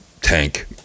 tank